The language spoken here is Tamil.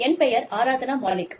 என் பெயர் ஆரத்னா மாலிக்